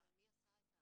אבל מי אסף אותם?